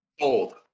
Old